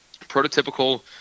prototypical